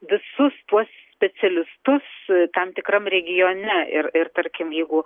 visus tuos specialistus tam tikram regione ir ir tarkim jeigu